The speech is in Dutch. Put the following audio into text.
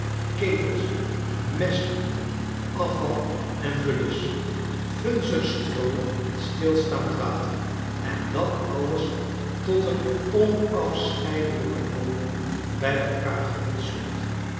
ketels mesthoopen afval en vullis vunzig stroo en stilstaand water en dat alles tot een onafscheidelijken hoop bij elkaar gehutseld